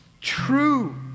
true